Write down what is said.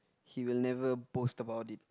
he will never boast about it